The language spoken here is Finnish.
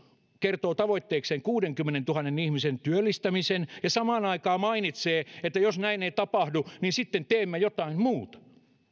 kertoo tavoitteekseen kuudenkymmenentuhannen ihmisen työllistämisen ja samaan aikaan mainitsee että jos näin ei tapahdu niin sitten teemme jotain muuta